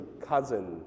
cousin